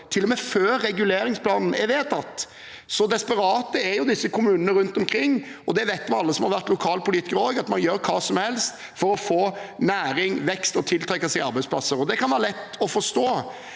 til og med før reguleringsplanen er vedtatt. Så desperate er kommunene rundt omkring. Alle vi som også har vært lokalpolitikere, vet at man gjør hva som helst for å få næring og vekst og å tiltrekke seg arbeidsplasser. Det kan være lett å forstå,